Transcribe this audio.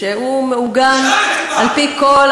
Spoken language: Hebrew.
מי שבעד הוא בעד ועדת הפנים,